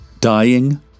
Dying